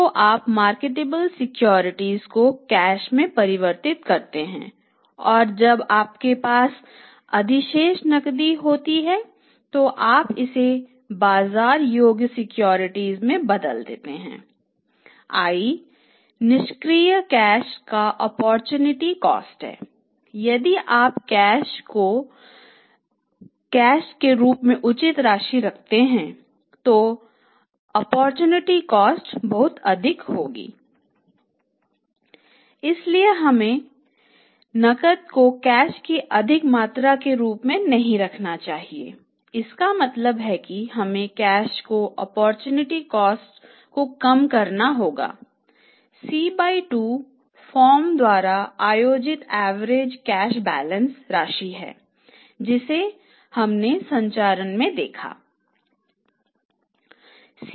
इसलिए हमें नकद को कैश के अधिक मात्रा के रूप में नहीं रखना चाहिए इसका मतलब है कि हमें कैश की ओप्पोरचुनिटी कॉस्ट राशि है जिसे हमने संरचना में देखा है